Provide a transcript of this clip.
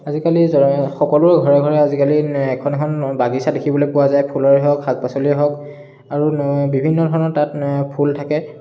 আজিকালি য সকলোৰে ঘৰে ঘৰে আজিকালি এখন এখন বাগিচা দেখিবলৈ পোৱা যায় ফুলৰে হওক শাক পাচলিৰে হওক আৰু বিভিন্ন ধৰণৰ তাত ফুল থাকে